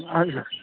हजुर